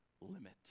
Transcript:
limit